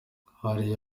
hariya